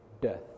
death